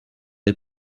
les